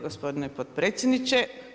gospodine potpredsjedniče.